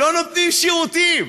לא נותנים שירותים.